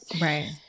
Right